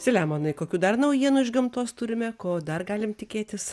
saliamonai kokių dar naujienų iš gamtos turime ko dar galim tikėtis